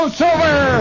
silver